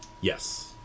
Yes